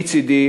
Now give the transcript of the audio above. מצדי,